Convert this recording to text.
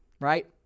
right